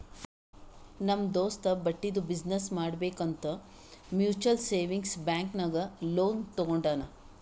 ನಮ್ ದೋಸ್ತ ಬಟ್ಟಿದು ಬಿಸಿನ್ನೆಸ್ ಮಾಡ್ಬೇಕ್ ಅಂತ್ ಮ್ಯುಚುವಲ್ ಸೇವಿಂಗ್ಸ್ ಬ್ಯಾಂಕ್ ನಾಗ್ ಲೋನ್ ತಗೊಂಡಾನ್